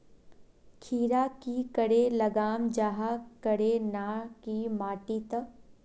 खीरा की करे लगाम जाहाँ करे ना की माटी त?